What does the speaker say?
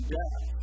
death